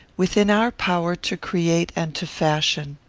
within our power to create and to fashion.